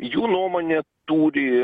jų nuomonė turi